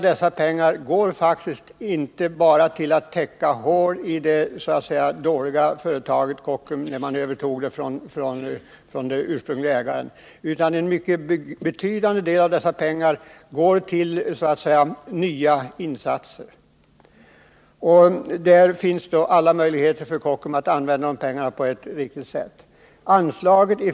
Dessa pengar går faktiskt inte bara åt till att täcka hål som fanns i företaget när man övertog det från den ursprunglige ägaren, utan en mycket betydande del av pengarna går åt till nya insatser. Det finns då alla möjligheter för Kockums att använda de pengarna på ett riktigt sätt.